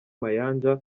mayanja